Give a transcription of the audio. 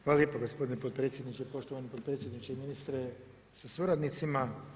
Hvala lijepo gospodine potpredsjedniče, poštovani potpredsjedniče i ministre sa suradnicima.